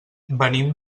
venim